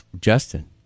justin